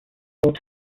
tales